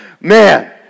Man